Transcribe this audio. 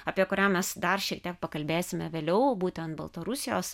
apie kurią mes dar šiek tiek pakalbėsime vėliau būtent baltarusijos